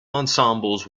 ensembles